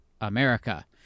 America